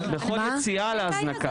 בכל יציאה להזנקה.